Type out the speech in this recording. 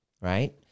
right